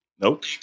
Nope